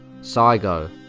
Saigo